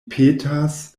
petas